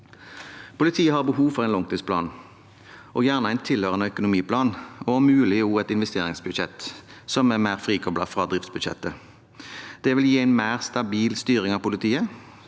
Politiet har behov for en langtidsplan, gjerne en tilhørende økonomiplan, og om mulig også et investeringsbudsjett som er mer frikoblet fra driftsbudsjettet. Det vil gi en mer stabil styring av politiet.